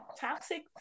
toxic